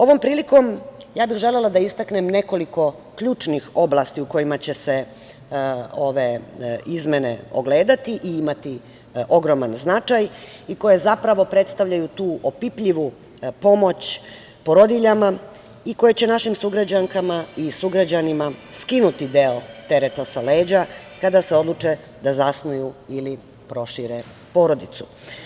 Ovom prilikom ja bih želela da istaknem nekoliko ključnih oblasti u kojima će se ove izmene ogledati i imati ogroman značaj i koje zapravo predstavljaju tu opipljivu pomoć porodiljama i koje će našim sugrađankama i sugrađanima skinuti deo tereta sa leđa kada se odluče da zasnuju ili prošire porodicu.